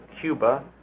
Cuba